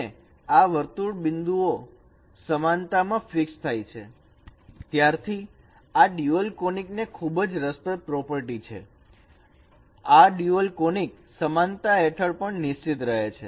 અને આ વર્તુળ બિંદુઓ સમાનતા માં ફિક્સ થાય છે ત્યારથી આ ડ્યુઅલ કોનીક ને ખૂબ જ રસપ્રદ પ્રોપર્ટી છે આ ડ્યુઅલ કોનીકસ સમાનતા હેઠળ પણ નિશ્ચિત રહે છે